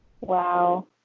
Wow